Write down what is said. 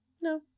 No